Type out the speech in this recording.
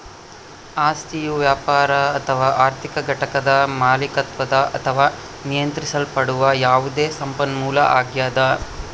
ಆಸ್ತಿಯು ವ್ಯಾಪಾರ ಅಥವಾ ಆರ್ಥಿಕ ಘಟಕದ ಮಾಲೀಕತ್ವದ ಅಥವಾ ನಿಯಂತ್ರಿಸಲ್ಪಡುವ ಯಾವುದೇ ಸಂಪನ್ಮೂಲ ಆಗ್ಯದ